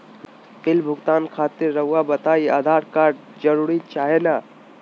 Bill भुगतान खातिर रहुआ बताइं आधार कार्ड जरूर चाहे ना?